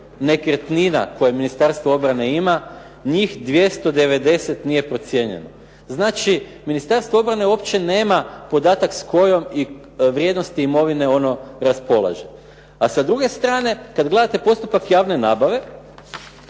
nekretnina koje Ministarstvo obrane ima, njih 290 nije procijenjeno. Znači, Ministarstvo obrane uopće nema podatak s kojom vrijednosti imovine ono raspolaže. A sa druge strane, kad gledate postupak javne nabave,